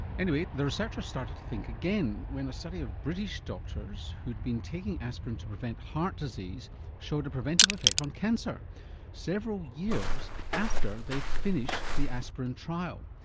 anyway the researchers started to think again when a study of british doctors who'd been taking aspirin to prevent heart disease showed a preventive effect on cancer several years after they'd finished the aspirin trial.